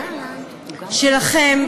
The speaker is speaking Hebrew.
שלכם,